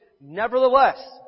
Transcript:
Nevertheless